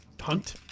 hunt